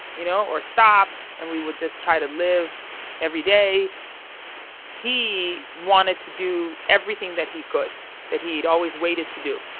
you know, or stop, and we would just try to live every day he wanted to do everything that he could that he'd always waited to do.